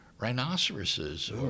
rhinoceroses